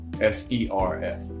S-E-R-F